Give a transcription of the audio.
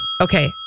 okay